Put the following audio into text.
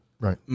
Right